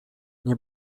nie